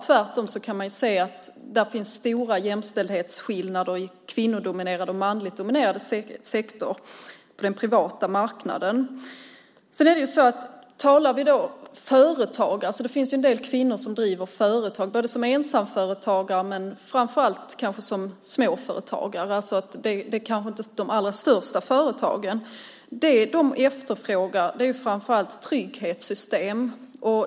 Tvärtom kan man se stora jämställdhetsskillnader mellan kvinnodominerade och mansdominerade sektorer på den privata marknaden. Det finns en del kvinnor som driver företag, som ensamföretagare men framför allt som småföretagare. Det handlar kanske inte om de allra största företagen. Det dessa kvinnor efterfrågar är framför allt trygghetssystem.